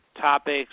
topics